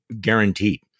guaranteed